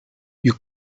you